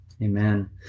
Amen